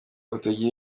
kutagira